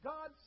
God